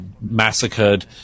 massacred